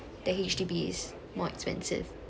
the H_D_B's more expensive